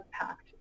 impact